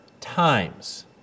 times